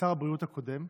לשר הבריאות הקודם,